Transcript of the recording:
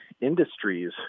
industries